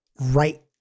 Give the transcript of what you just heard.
right